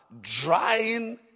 drying